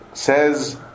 Says